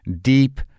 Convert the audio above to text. deep